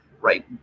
right